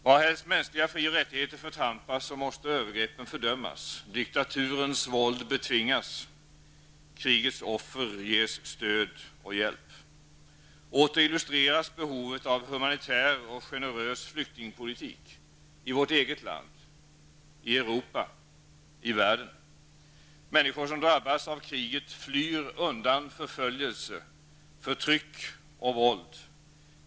Varhelst mänskliga fri och rättigheter förtrampas måste övergreppen fördömas, diktaturens våld betvingas och krigets offer ges stöd och hjälp. Åter illustreras behovet av humanitär och generös flyktingpolitik, i vårt eget land, i Europa, i världen. Människor som drabbas av kriget flyr undan förföljelse, förtryck och våld.